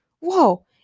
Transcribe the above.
Whoa